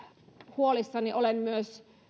huolissani olen myös